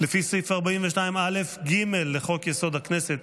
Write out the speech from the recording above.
לפי סעיף 42א(ג) לחוק-יסוד: הכנסת.